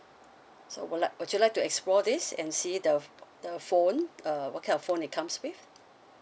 so would like would you like to explore this and see the the phone uh what kind of phone it comes with